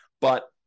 But-